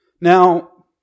Now